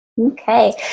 Okay